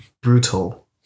brutal